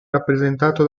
rappresentato